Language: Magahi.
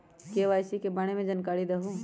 के.वाई.सी के बारे में जानकारी दहु?